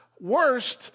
worst